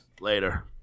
Later